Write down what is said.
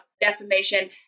defamation